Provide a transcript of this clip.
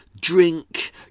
drink